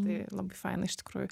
tai labai faina iš tikrųjų